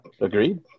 Agreed